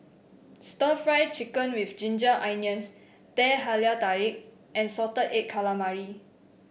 stir Fry Chicken with Ginger Onions Teh Halia Tarik and Salted Egg Calamari